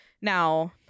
Now